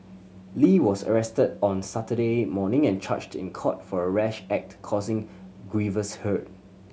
Lee was arrested on Saturday morning and charged in court for a rash act causing grievous hurt